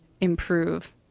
improve